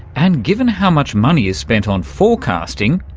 and given how much money is spent on forecasting,